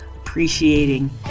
appreciating